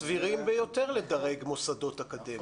נשמע קריטריונים סבירים ביותר לדרג מוסדות אקדמיים.